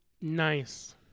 Nice